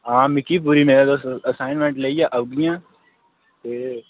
हां मिकी बी पूरी मेद ऐ तुस आसाइनमेंट लेइयै औगियां ते